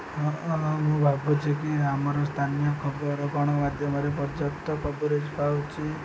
ହଁ ମୁଁ ଭାବୁଛି କି ଆମର ସ୍ଥାନୀୟ ଖବର ଗଣମାଧ୍ୟମରେ ପର୍ଯ୍ୟାପ୍ତ କଭରେଜ୍ ପାଉଛି